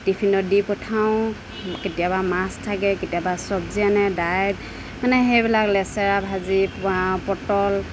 টিফিনত দি পঠাওঁ কেতিয়াবা মাছ থাকে কেতিয়াবা চবজি আনে ডাইল মানে সেইবিলাক লেচেৰা ভাজি পাওঁ পটল